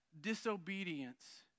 disobedience